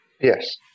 Yes